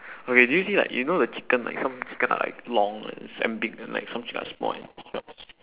okay do you see like you know the chicken like some chicken are like long and it's damn big and like some chicken are small and short